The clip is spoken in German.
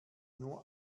nur